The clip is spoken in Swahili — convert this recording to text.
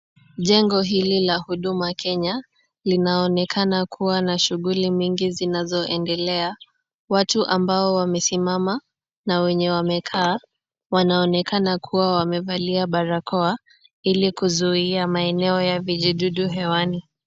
Jengo hili la huduma Kenya, linaonekana kuwa na shughuli mingi zinazoendelea. Watu ambao wamesimama na wenye wamekaa, wanaonekana kuwa wamevalia barakoa, ili kuzuia maeneo ya vijidudu hewani.